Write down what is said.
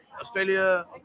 australia